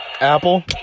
Apple